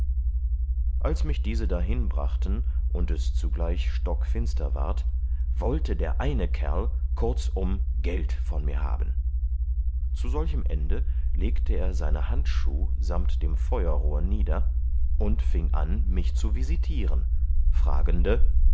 als mich diese dahin brachten und es zugleich stockfinster ward wollte der eine kerl kurzum geld von mir haben zu solchem ende legte er seine handschuh samt dem feuerrohr nieder und fieng an mich zu visitieren fragende